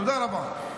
תודה רבה.